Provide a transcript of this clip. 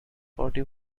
forty